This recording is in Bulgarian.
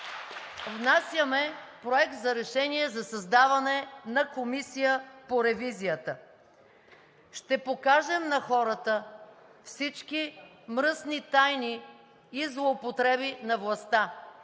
внасяме Проект за решение за създаване на Комисия по ревизията. Ще покажем на хората всички мръсни тайни и злоупотреби на властта